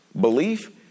Belief